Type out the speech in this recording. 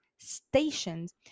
stations